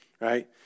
right